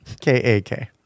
K-A-K